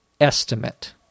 estimate